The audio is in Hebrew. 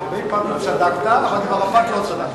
הרבה פעמים צדקת, אבל עם ערפאת לא צדקת.